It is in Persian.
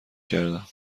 کردم